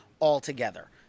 altogether